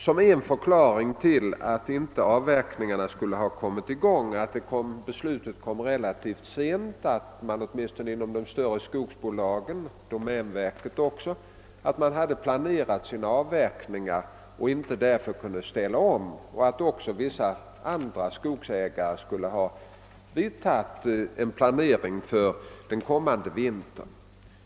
Som en förklaring till att avverkningarna inte har kommit i gång har framhållits att beslutet kom relativt sent och att åtminstone de större skogsbolagen men även domänverket och vissa andra skogsägare redan hade planerat sina avverkningar för den kommande vintern.